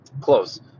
close